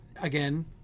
again